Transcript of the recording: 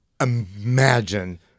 imagine